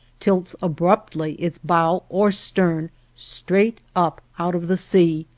tilts abruptly its bow or stern straight up out of the sea,